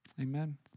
Amen